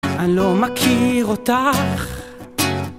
אני לא מכיר אותך.